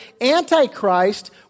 Antichrist